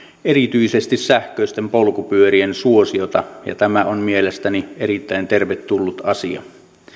erityisesti sähköisten polkupyörien suosiota ja tämä on mielestäni erittäin tervetullut asia